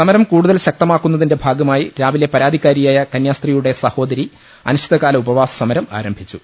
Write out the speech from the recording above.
സമരം കൂടുതൽ ശക്തമാക്കുന്നതിന്റെ ഭാഗമായി രാവിലെ പരാതിക്കാരിയായ കന്യാസ്ത്രീയുടെ സഹോദരി അനി ശ്ചിതകാല ഉപവാസ സമരം ആരംഭിച്ചു